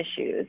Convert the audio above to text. issues